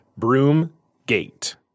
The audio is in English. Broomgate